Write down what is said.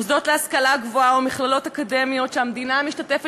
מוסדות להשכלה גבוהה ומכללות אקדמיות שהמדינה משתתפת